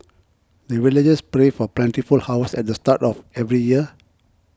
the villagers pray for plentiful harvest at the start of every year